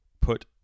put